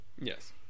yes